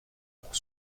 pour